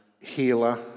healer